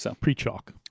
Pre-Chalk